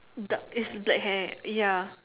dark is black hair ya